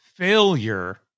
failure